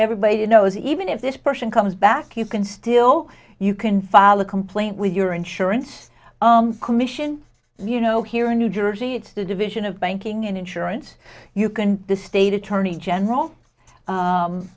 everybody knows even if this person comes back you can still you can file a complaint with your insurance commission you know here in new jersey it's the division of banking and insurance you can the state attorney general